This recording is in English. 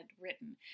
written